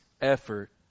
effort